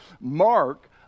mark